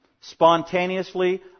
Spontaneously